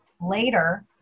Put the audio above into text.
later